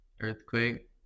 Earthquake